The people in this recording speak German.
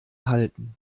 halten